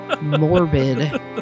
morbid